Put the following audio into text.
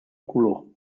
color